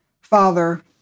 father